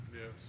Yes